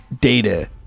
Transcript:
data